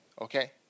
okay